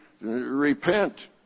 repent